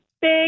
big